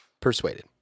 Persuaded